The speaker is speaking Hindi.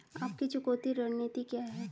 आपकी चुकौती रणनीति क्या है?